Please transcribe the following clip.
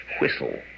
whistle